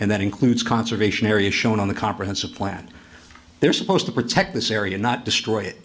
and that includes conservation area shown on the comprehensive plan they're supposed to protect this area not destroy it